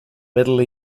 middle